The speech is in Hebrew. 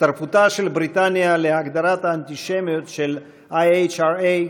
הצטרפותה של בריטניה להגדרת האנטישמיות של ה-IHRA,